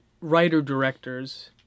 writer-directors